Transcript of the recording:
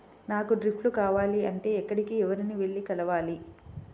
నాకు డ్రిప్లు కావాలి అంటే ఎక్కడికి, ఎవరిని వెళ్లి కలవాలి?